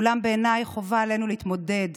אולם בעיניי חובה עלינו להתמודד